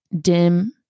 dim